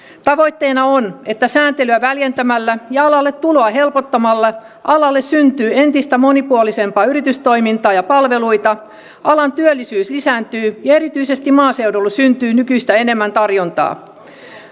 tavoitteena on että sääntelyä väljentämällä ja alalle tuloa helpottamalla alalle syntyy entistä monipuolisempaa yritystoimintaa ja palveluita alan työllisyys lisääntyy ja erityisesti maaseudulle syntyy nykyistä enemmän tarjontaa